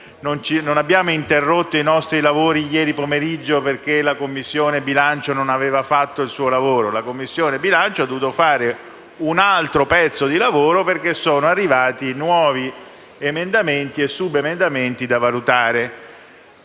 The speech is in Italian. non abbiamo interrotto i nostri lavori pomeridiani di ieri perché la Commissione bilancio non aveva fatto il suo lavoro; la Commissione bilancio ha dovuto fare un'altra parte di lavoro perché sono pervenuti nuovi emendamenti e subemendamenti da esaminare.